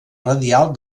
radial